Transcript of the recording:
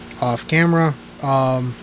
off-camera